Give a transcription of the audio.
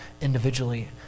individually